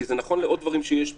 כי זה נכון לעוד דברים שיש פה: